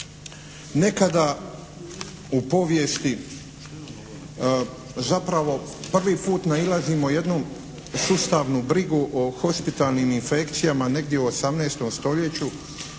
Nekada u povijesti zapravo prvi puta nailazimo na jednu sustavnu brigu o hospitalnim infekcijama negdje u 18. stoljeću